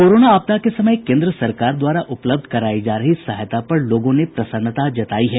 corona आपदा के समय केन्द्र सरकार द्वारा उपलब्ध करायी जा रही सहायता पर लोगों ने प्रसन्नता जतायी है